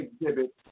exhibit